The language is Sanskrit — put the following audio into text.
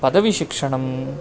पदवीशिक्षणम्